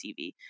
tv